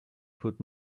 put